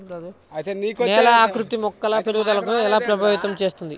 నేల ఆకృతి మొక్కల పెరుగుదలను ఎలా ప్రభావితం చేస్తుంది?